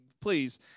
please